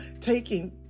taking